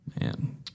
Man